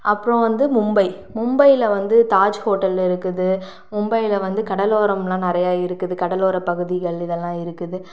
அப்புறம் வந்து மும்பை மும்பையில வந்து தாஜ் ஹோட்டல் இருக்குது மும்பையில வந்து கடலோரம்லாம் நிறையா இருக்குது கடலோர பகுதிகள் இதெல்லாம் இருக்குது